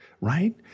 Right